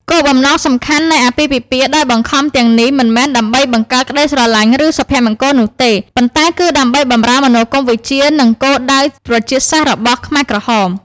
គោលបំណងសំខាន់នៃអាពាហ៍ពិពាហ៍ដោយបង្ខំទាំងនេះមិនមែនដើម្បីបង្កើតក្តីស្រឡាញ់ឬសុភមង្គលនោះទេ ប៉ុន្តែគឺដើម្បីបម្រើមនោគមវិជ្ជា និងគោលដៅប្រជាសាស្ត្ររបស់ខ្មែរក្រហម។